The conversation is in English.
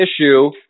issue